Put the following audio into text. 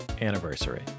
anniversary